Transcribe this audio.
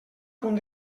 punt